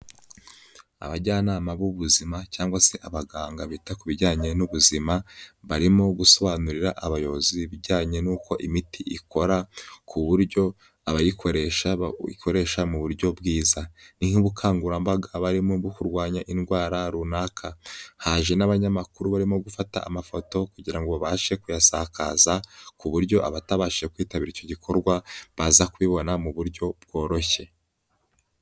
Abajyanama b'ubuzima cyangwa se abaganga bita ku bijyanye n'ubuzima barimo gusobanurira abayobozi ibijyanye n'uko imiti ikora ku buryo abayikoresha bayikoresha mu buryo bwiza. Ni nk'ubukangurambaga barimo bwo kurwanya indwara runaka. Haje n'abanyamakuru barimo gufata amafoto kugira ngo babashe kuyasakaza ku buryo abatabashije kwitabira icyo gikorwa baza kubibona mu buryo bworoshye.